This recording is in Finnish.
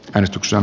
ristuksen